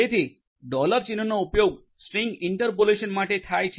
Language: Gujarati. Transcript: તેથી ડોલર ચિન્હનો ઉપયોગ સ્ટ્રીંગ ઇંટરપોલેશન માટે થાય છે